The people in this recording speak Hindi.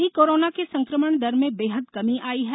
वहीं कोरोना के संक्रमण दर में बेहद कमी आई है